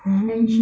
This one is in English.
mmhmm